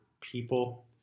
people